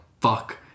fuck